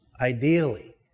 ideally